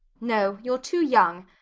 no you're too young.